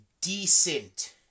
decent